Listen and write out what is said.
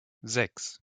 sechs